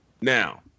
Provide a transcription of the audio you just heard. Now